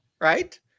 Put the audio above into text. right